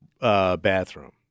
bathroom